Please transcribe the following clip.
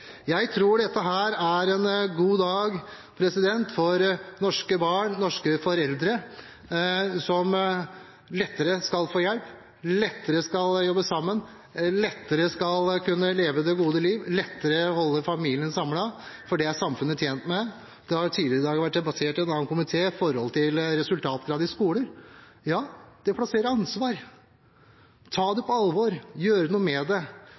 Jeg tror dette er en god dag for norske barn og norske foreldre, som lettere skal få hjelp, som lettere skal jobbe sammen, som lettere skal kunne leve det gode liv, som lettere skal kunne holde familien samlet – det er samfunnet tjent med. Tidligere i dag ble resultatkrav i skoler debattert i en annen komité. Ja, det plasserer ansvar. Ta det på alvor, gjør noe med det.